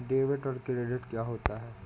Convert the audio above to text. Debit card क्या होता है?